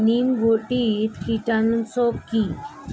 নিম ঘটিত কীটনাশক কি?